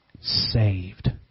saved